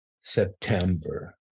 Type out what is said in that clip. September